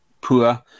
poor